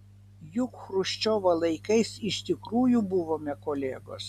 juk chruščiovo laikais iš tikrųjų buvome kolegos